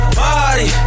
party